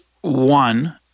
one